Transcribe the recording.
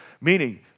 Meaning